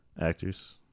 Actors